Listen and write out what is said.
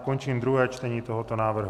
Končím druhé čtení tohoto návrhu.